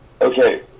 Okay